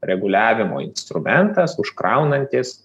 reguliavimo instrumentas užkraunantis